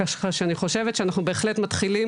ככה שאני חושבת שאנחנו בהחלט מתחילים